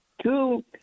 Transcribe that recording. Two